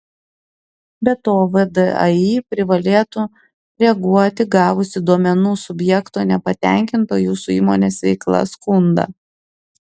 be to vdai privalėtų reaguoti gavusi duomenų subjekto nepatenkinto jūsų įmonės veikla skundą